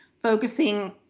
focusing